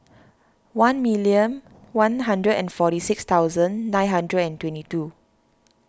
one million one hundred and forty six thousand nine hundred and twenty two